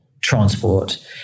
transport